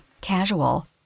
casual